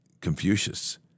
Confucius